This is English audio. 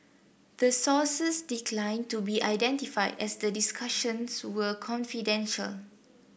the sources declined to be identified as the discussions were confidential